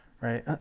right